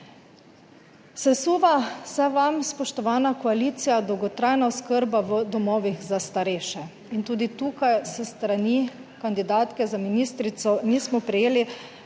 Sesuva se vam, spoštovana koalicija, dolgotrajna oskrba v domovih za starejše. In tudi tukaj s strani kandidatke za ministrico nismo prejeli